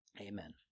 amen